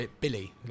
Billy